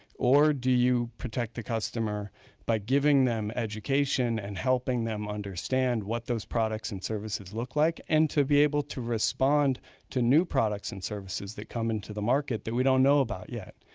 or do you protect the customer by giving them education and helping them understand what those products and services look like and to be able to respond to new products and services that come into the market we don't know about yet.